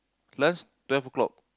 lunch twelve o-clock